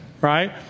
right